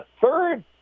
third